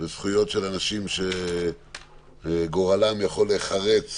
וזכויות של אנשים שגורלם יכול להיחרץ